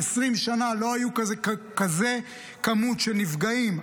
20 שנה לא היה כזה מספר של נפגעים,